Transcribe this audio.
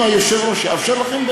אם היושב-ראש יאפשר לכם,